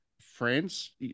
France